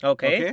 Okay